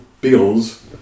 bills